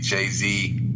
Jay-Z